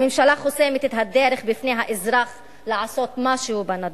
הממשלה חוסמת את הדרך בפני האזרח לעשות משהו בנדון.